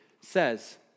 says